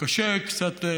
קצת קשה לגור.